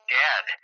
dead